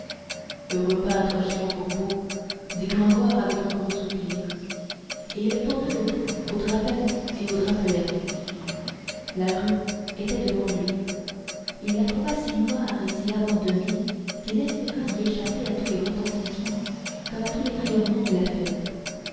heureux peintre jehan fourbault dit gringoire avec un gros soupir et il tourna le dos aux drapels et drapelets une rue était devant lui il la trouva si noire et si abandonnée qu'il espéra y échapper à tous les retentissements comme à tous les rayonnements de la fête